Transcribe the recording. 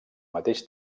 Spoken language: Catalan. mateix